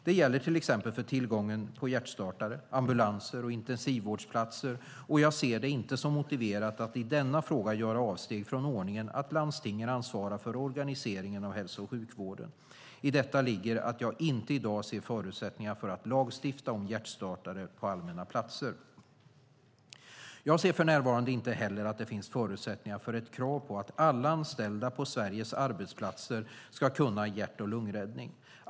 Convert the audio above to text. Detta gäller till exempel för tillgången på hjärtstartare, ambulanser och intensivvårdsplatser, och jag ser det inte som motiverat att i denna fråga göra avsteg från ordningen att landstingen ansvarar för organiseringen av hälso och sjukvården. I detta ligger att jag inte i dag ser förutsättningar för att lagstifta om hjärtstartare på allmänna platser. Jag anser för närvarande inte heller att det finns förutsättningar för ett krav på att alla anställda på Sveriges arbetsplatser ska kunna hjärt-lungräddning.